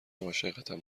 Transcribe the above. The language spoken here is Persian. عاشقتم